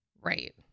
Right